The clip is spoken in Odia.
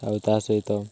ଆଉ ତା ସହିତ